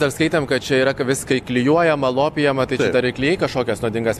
dar skaitėm kad čia yra viską įklijuojama lopijama tai čia dar ir klijai kažkokias nuodingas